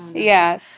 yeah.